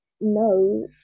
no